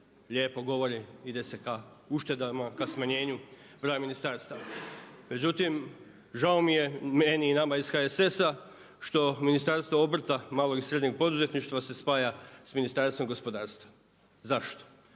lijepo govori ide se ka uštedama, ka smanjenju broja ministarstava. Međutim, žao mi je, meni i nama iz HSS-a što Ministarstvo obrta, malog i srednjeg poduzetništva se spaja s Ministarstvom gospodarstva. Zašto,